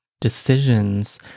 decisions